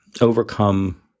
overcome